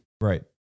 Right